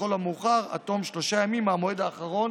לכל המאוחר עד תום שלושה ימים מהמועד האחרון